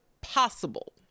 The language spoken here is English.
possible